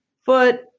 foot